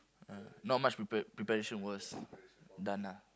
uh not much prepa~ preparation was done ah